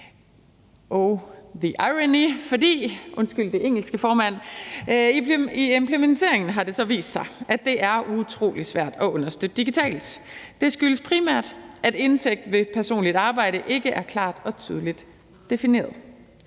Ironien er så, at det i implementeringen har vist sig, at det er utrolig svært at understøtte digitalt. Det skyldes primært, at indtægt ved personligt arbejde ikke er klart og tydeligt defineret.